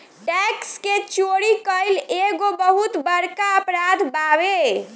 tax के चोरी कईल एगो बहुत बड़का अपराध बावे